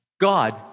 God